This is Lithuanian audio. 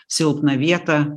silpną vietą